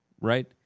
right